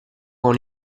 con